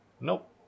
Nope